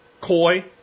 koi